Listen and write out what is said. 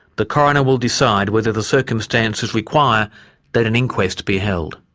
the coroner will decide whether the circumstances require that an inquest be held.